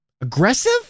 aggressive